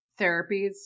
therapies